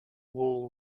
wall